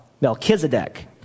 Melchizedek